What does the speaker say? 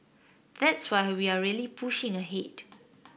that's why we are really pushing ahead